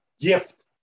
gift